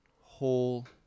whole